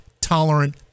tolerant